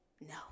no